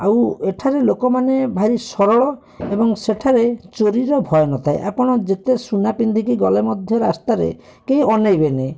ଆଉ ଏଠାରେ ଲୋକମାନେ ଭାରି ସରଳ ଏବଂ ସେଠାରେ ଚୋରିର ଭୟ ନଥାଏ ଆପଣ ଯେତେ ସୁନା ପିନ୍ଧିକି ଗଲେ ମଧ୍ୟ ରାସ୍ତାରେ କେହି ଅନେଇବେନି